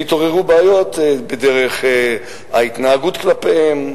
והתעוררו בעיות בדרך ההתנהגות כלפיהם,